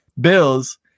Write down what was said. bills